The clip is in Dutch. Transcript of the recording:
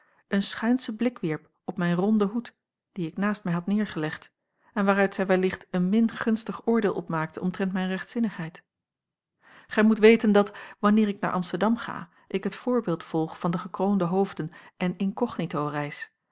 een schuinschen blik wierp op mijn ronden hoed dien ik naast mij had nedergelegd en waaruit zij wellicht een min gunstig oordeel opmaakte omtrent mijn rechtzinnigheid gij moet weten dat wanneer ik naar amsterdam ga ik het voorbeeld volg van de gekroonde hoofden en incognito reis